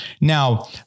Now